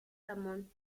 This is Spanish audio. ramón